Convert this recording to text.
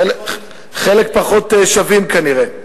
חלק פחות שווים כנראה.